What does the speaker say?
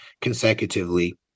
consecutively